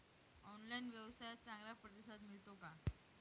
Online व्यवसायात चांगला प्रतिसाद मिळतो का?